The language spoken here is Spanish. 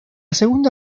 segunda